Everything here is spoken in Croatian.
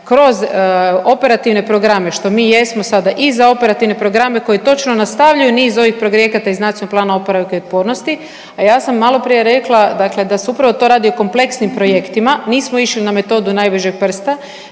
kroz operativne programe što mi jesmo sada i za operativne programe koji točno nastavljaju niz ovih projekata iz Nacionalnog programa oporavka i otpornosti, ali je sam maloprije rekla dakle da se upravo to radi o kompleksnim projektima. Nismo išli na metodu najbržeg prsta